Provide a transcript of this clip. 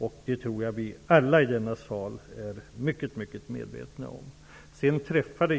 Jag tror att vi alla i denna sal är mycket medvetna om detta.